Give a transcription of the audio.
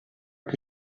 che